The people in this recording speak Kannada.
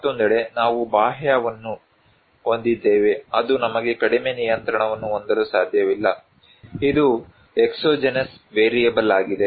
ಮತ್ತೊಂದೆಡೆ ನಾವು ಬಾಹ್ಯವನ್ನು ಹೊಂದಿದ್ದೇವೆ ಅದು ನಮಗೆ ಕಡಿಮೆ ನಿಯಂತ್ರಣವನ್ನು ಹೊಂದಲು ಸಾಧ್ಯವಿಲ್ಲ ಇದು ಎಕ್ಸೋಜೆನಸ್ ವೇರಿಯಬಲ್ ಆಗಿದೆ